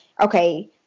okay